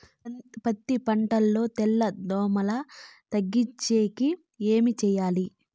పత్తి పంటలో తెల్ల దోమల తగ్గించేకి ఏమి చేయాలి?